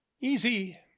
easy